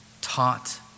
taught